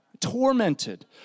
Tormented